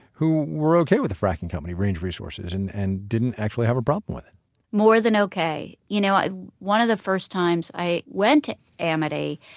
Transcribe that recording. who were ok with the fracking company range resources and and didn't actually have a problem with it more than ok. you know one of the first times i went to amity,